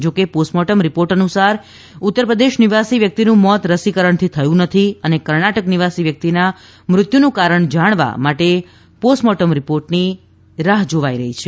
જોકે postmortem report અનુસાર ઉત્તરપ્રદેશ નિવાસી વ્યક્તિનું મોત રસીકરણથી થયું નથી અને કર્ણાટક નિવાસી વ્યક્તિના મૃત્યુનું કારણ જાણવા માટે પોસ્ટમોર્ટમ રીપોર્ટની રાહ્ જોવાઈ રહી છે